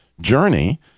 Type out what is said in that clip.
journey